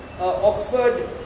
Oxford